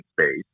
space